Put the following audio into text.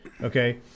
Okay